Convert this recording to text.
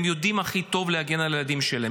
הם יודעים הכי טוב להגן על הילדים שלהם.